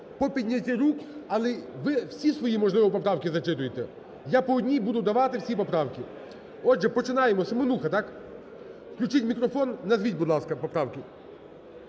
по піднятті рук. Але ви всі свої, можливо, поправки зачитуйте. Я по одній буду давати всі поправки. Отже, починаємо. Семенуха, так? Включіть мікрофон. Назвіть, будь ласка, поправки.